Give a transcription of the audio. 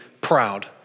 proud